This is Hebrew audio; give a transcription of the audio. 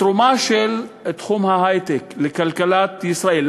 התרומה של תחום ההיי-טק לכלכלת ישראל,